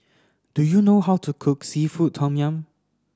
do you know how to cook seafood tom yum